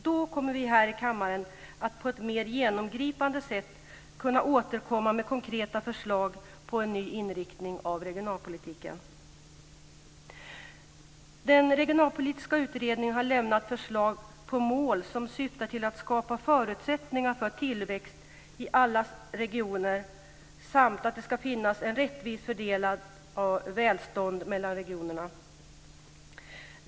Då kommer vi här i kammaren att på ett mer genomgripande sätt kunna återkomma med konkreta förslag på en ny inriktning av regionalpolitiken. Den regionalpolitiska utredningen har lämnat förslag på mål som syftar till att skapa förutsättningar för tillväxt i alla regioner samt att det ska finnas ett rättvist fördelat välstånd mellan regionerna.